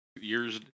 years